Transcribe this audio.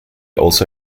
also